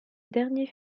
dernier